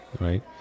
Right